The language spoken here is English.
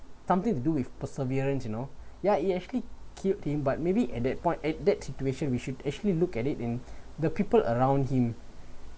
something to do with perseverance you know yeah it actually killed him but maybe at that point at that situation we should actually look at it in the people around him